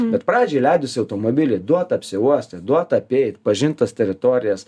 bet pradžioj leidus į automobilį duot apsiuostyt duot apeit pažint tas teritorijas